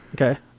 okay